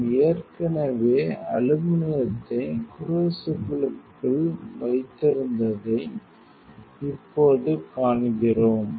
நாம் ஏற்கனவே அலுமினியத்தை க்ரூசிபிள்கக்குள் வைத்திருந்ததை இப்போது காண்கிறோம்